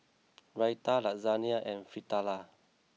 Raita Lasagne and Fritada